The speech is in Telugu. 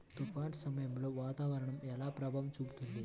తుఫాను సమయాలలో వాతావరణం ఎలా ప్రభావం చూపుతుంది?